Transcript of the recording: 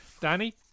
Danny